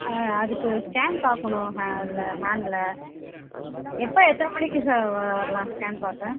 அதுக்கு ஸ்கேன் பார்க்கணும் ஹேன்ட்டில் எப்போ எத்தனை மணிக்கு சார் வரலாம் ஸ்கேன் பார்க்க